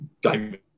Game